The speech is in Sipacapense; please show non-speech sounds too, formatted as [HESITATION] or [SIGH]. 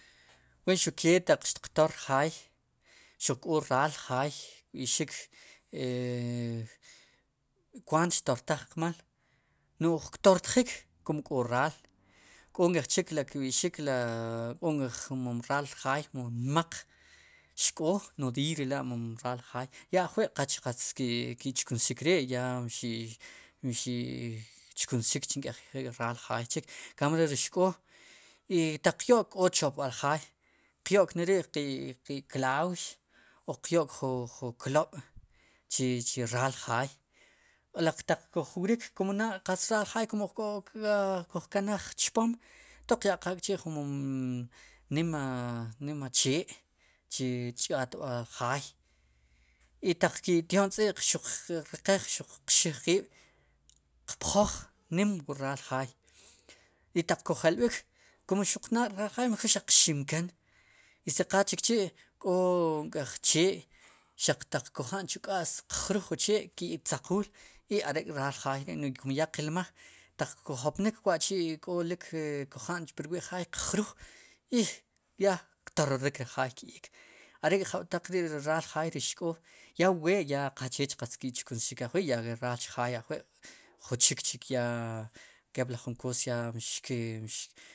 Wen xuke taq xtiq toor jaay xuq k'o raal jaay kb'i'xik [HESITATION] kwaat xttortaj qmal nu'j ktortjik kum k'o raal k'o nk'ej chik ri kb'i'xik la k'o nk'ej mon raal jaay mom nmaq xk'o nodiiy ri la' mon raal jaay ajwi' qal qatz ki' chkunsxik ri' ya mxi' mxi' chkunsxik nk'ej raal jaay chik enkambie re ri xk'oo i taq qyo'k k'o chopb'al jaay qyo'k neri' qe klaux o qyo'k jun klob' chi chi raal jaay a laq taq kuj wrik kum naad qatz raal jaay kun uj k'ok k'a kuj kanaj chpom ento qya'qaj k'chi' ju mon nima chee che ch'akb'al jaay y taq ke'tyo'n tz'i' ri qe xuq qxij qiib' qpjoj nim wu raal jaay i taq kujelb'ik kun xuq naad k'raal jaay mejor xaq qximken i si qal chikchi' k'o nk'ej chee xaq taq kuja'n chu k'a's qruj wu chee ki'tzaquul i are' k'raal jaay ri kum ya qilmaj ataq ku jopnik wa'chi' k'olik ku jan pu rwi'jaay qruj i ya ktororik ri jaay are'jab'taq ri'ri raal jaay ri'ri xk'o ya wu we ya qachech qatz ki'chkunsxik ajwi' yach raal jaay alwi' juchik chik ya kepli jun koos ya mki'